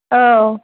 औ